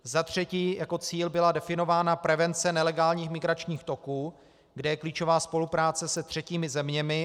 Za třetí, jako cíl byla definována prevence nelegálních migračních toků, kde je klíčová spolupráce se třetími zeměmi.